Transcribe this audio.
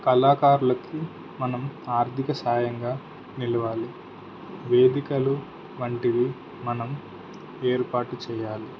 కళాకారులకి మనం ఆర్థిక సాయంగా నిలవాలి వేదికలు వంటివి మనం ఏర్పాటు చెయ్యాలి